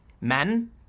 men